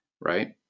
right